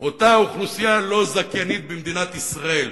אותה אוכלוסייה לא זכיינית במדינת ישראל.